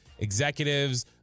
Executives